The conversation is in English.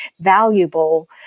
valuable